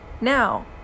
Now